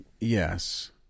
Yes